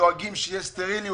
שדואגים שתהיה סטריליות,